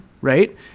right